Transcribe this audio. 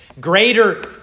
greater